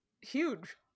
huge